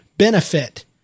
benefit